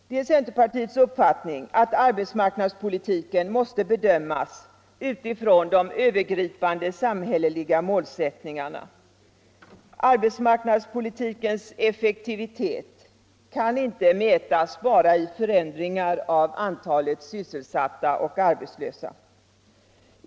Det är centerpartiets uppfattning att arbetsmarknadspolitiken måste bedömas utifrån de övergripande samhälleliga målsättningarna. Arbetsmarknadspolitikens effektivitet kan inte mätas bara i förändringar av antalet sysselsatta och arbetslösa.